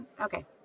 okay